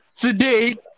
today